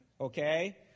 okay